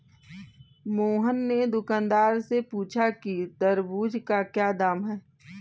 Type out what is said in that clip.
मोहन ने दुकानदार से पूछा कि तरबूज़ का क्या दाम है?